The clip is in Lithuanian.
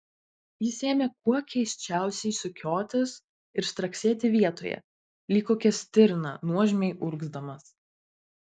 jis ėmė kuo keisčiausiai sukiotis ir straksėti vietoje lyg kokia stirna nuožmiai urgzdamas